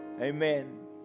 Amen